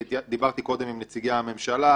כפי שדיברתי קודם עם נציגי הממשלה,